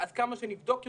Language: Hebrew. עד כמה שנבדוק יותר,